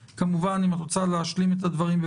כמובן אם את רוצה להשלים את הדברים,